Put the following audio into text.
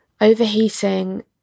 overheating